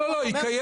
לא, לא, היא קיימת.